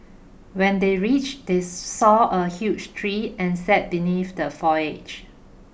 when they reached they saw a huge tree and sat beneath the foliage